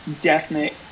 definite